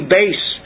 base